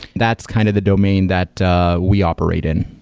that's kind of the domain that we operate in.